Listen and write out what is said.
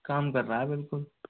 काम कर रहा है बिल्कुल